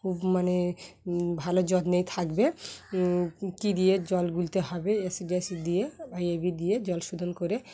খুব মানে ভালো যত্নেই থাকবে কী দিয়ে জল গুলতে হবে অ্যাসিড ট্যাসিড দিয়ে আই এ ভি দিয়ে জল শোধন করে